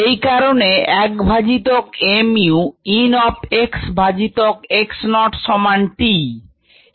এ কারণে 1 ভাজিত mu ln of x ভাজিত x naught সমান t